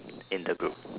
in the group